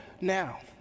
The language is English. now